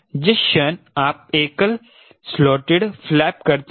जिस क्षण आप एक एकल स्लोटेड फ्लैप करते हैं